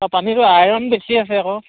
অঁ পানীটো আইৰণ বেছি আছে আকৌ